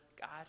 God